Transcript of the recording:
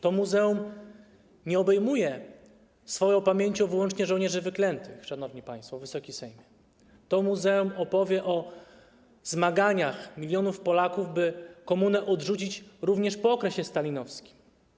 To muzeum nie obejmuje swoją pamięcią wyłącznie żołnierzy wyklętych, szanowni państwo, Wysoki Sejmie, to muzeum opowie o zmaganiach milionów Polaków, by komunę odrzucić również po okresie stalinowskim.